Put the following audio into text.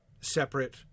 separate